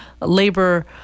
labor